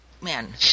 man